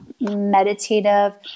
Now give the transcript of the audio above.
meditative